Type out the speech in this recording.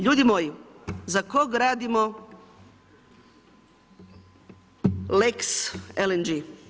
Ljudi moji, za kog radimo lex LNG?